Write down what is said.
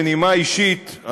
בנימה אישית,